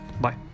bye